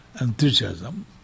enthusiasm